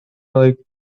like